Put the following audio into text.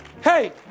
Hey